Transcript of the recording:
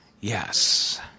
Yes